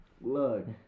Look